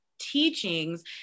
teachings